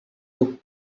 took